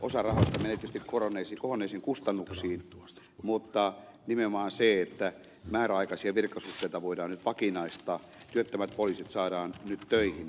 osa rahoista menee tietysti kohonneisiin kustannuksiin mutta hyvää on nimenomaan se että määräaikaisia virkasuhteita voidaan nyt vakinaistaa työttömät poliisit saadaan nyt töihin